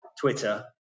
Twitter